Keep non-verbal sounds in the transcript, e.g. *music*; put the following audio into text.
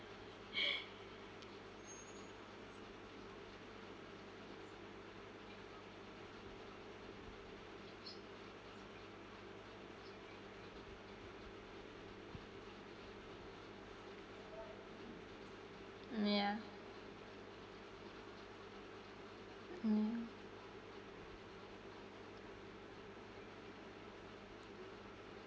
*laughs* mm yeah mm